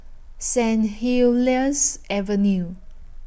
Saint Helier's Avenue